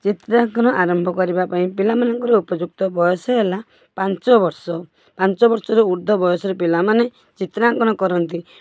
ଚିତ୍ରାଙ୍କନ ଆରମ୍ଭ କରିବା ପାଇଁ ପିଲାମାନଙ୍କର ଉପଯୁକ୍ତ ବୟସ ହେଲା ପାଞ୍ଚ ବର୍ଷ ପାଞ୍ଚ ବୟସରୁ ଉର୍ଦ୍ଧ୍ୱ ବୟସର ପିଲାମାନେ ଚିତ୍ରାଙ୍କନ କରନ୍ତି